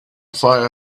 fire